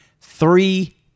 three